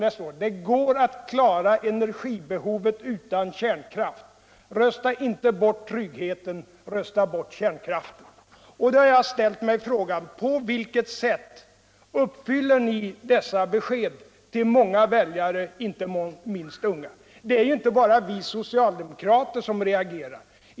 Diär står: ”Det går att klara enervibehovet utan kärnkraft. Rösta inte bort tryggheten. Rösta bort kärnkraften. ” Då har jag ställt mig frågan: På vilket sätt uppfyller ni dessa besked ui många väljare. inte minst unga” Inte bara vi soctaldemokrater reagerar.